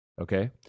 Okay